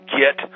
get